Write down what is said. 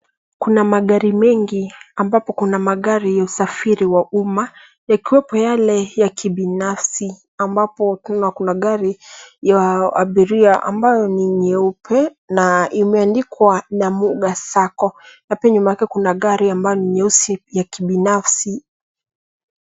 Kuna magari mengi amabpo kuna magari ya usafiri wa umma, ikiwepo yale ya kibinafsi. Ambapotena kuna gari ya abiria ambayo ni nyeupe na imeandikwa Namuga sacco na pia nyuma yake kuna gari ambayo ni nyeusi ya kibinafsi.